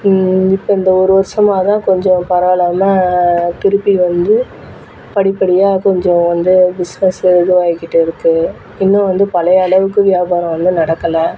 இப்போ இந்த ஒரு வருஷமாக தான் கொஞ்சம் பரவாயில்லாம திருப்பி வந்து படிப்படியாக கொஞ்சம் வந்து பிஸ்னஸு இதுவாகிட்டு இருக்குது இன்னும் வந்து பழைய அளவுக்கு வியாபாரம் வந்து நடக்கலை